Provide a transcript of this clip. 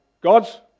God's